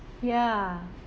ya